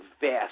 vast